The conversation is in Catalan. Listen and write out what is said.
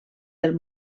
del